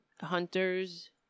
hunters